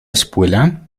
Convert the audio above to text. espuela